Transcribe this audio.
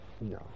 No